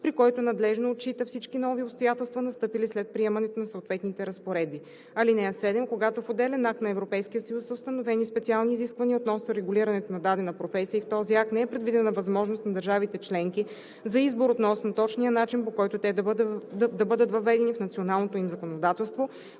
при който надлежно отчита всички нови обстоятелства, настъпили след приемането на съответните разпоредби. (7) Когато в отделен акт на Европейския съюз са установени специални изисквания относно регулирането на дадена професия и в този акт не е предвидена възможност на държавите членки за избор относно точния начин, по който те да бъдат въведени в националното им законодателство,